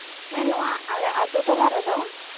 ᱦᱮᱸ ᱱᱚᱣᱟ ᱟᱞᱮ ᱟᱛᱳ ᱴᱚᱞᱟ ᱨᱮᱫᱚ